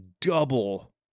double